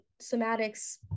somatics